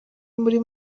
muri